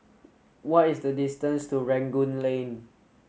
what is the distance to Rangoon Lane